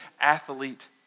athlete